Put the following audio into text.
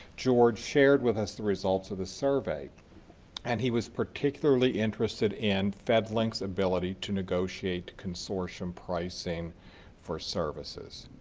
george shared with us the results of the survey and he was particularly interested in fedlink's ability to negotiate consortium pricing for services,